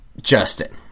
Justin